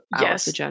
yes